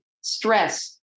stress